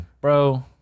bro